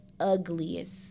ugliest